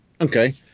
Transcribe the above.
Okay